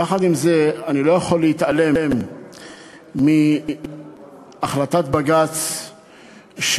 יחד עם זה אני לא יכול להתעלם מהחלטת בג"ץ שקבעה